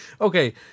Okay